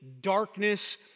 darkness